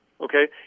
okay